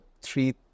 three